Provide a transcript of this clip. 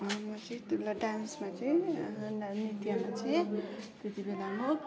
म चाहिँ त्यतिबेला डान्समा चाहिँ नृत्यहरू चाहिँ त्यतिबेला म